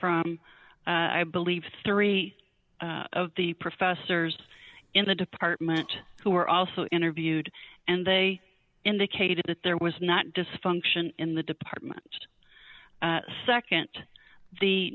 from i believe three of the professors in the department who were also interviewed and they indicated that there was not dysfunction in the department second the